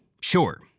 Sure